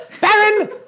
Baron